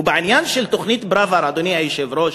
ובעניין של תוכנית פראוור, אדוני היושב-ראש,